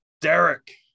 Derek